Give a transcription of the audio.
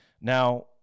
Now